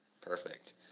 Perfect